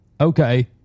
okay